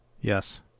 Yes